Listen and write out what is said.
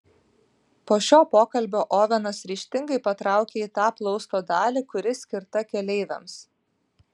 po šio pokalbio ovenas ryžtingai patraukė į tą plausto dalį kuri skirta keleiviams